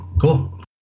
cool